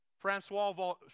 Francois